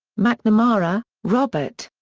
mcnamara, robert.